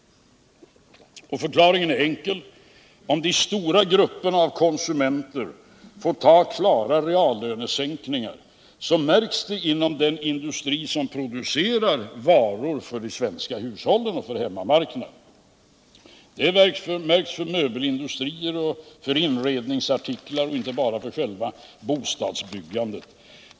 Förklaringen är enkel: om de stora grupperna av konsumenter får ta klara reallönesänkningar, så märks det inom den industri som producerar varor för de svenska hushållen och för hemmamarknaden. Det låga bostadsbyggandet får sina konsekvenser för materialvaruindustrin, för möbelindustrin och för industrier som tillverkar inredningsartiklar.